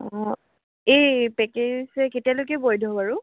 অ' এই পেকেজ যে কেতিয়ালৈকে বৈধ বাৰু